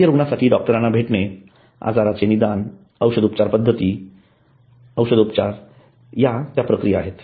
बाह्य रुग्णांसाठी डॉक्टरांना भेटणे आजाराचे निदान उपचारपद्धती आणि औषधोपचार या त्या प्रक्रिया आहेत